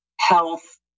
health